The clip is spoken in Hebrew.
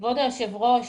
כבוד היושב-ראש,